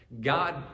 God